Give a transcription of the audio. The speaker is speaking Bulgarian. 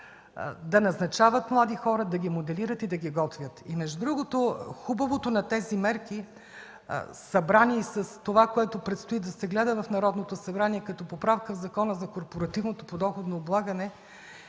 да назначават млади хора, да ги моделират и да ги подготвят. Между другото хубавото на тези мерки, събрани с това, което предстои да се гледа в Народното събрание като поправка в Закона за корпоративното подоходно облагане,